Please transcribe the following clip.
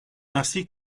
ainsi